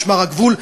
משמר הגבול,